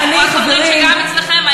אבל לפחות תודי שגם אצלכם היה,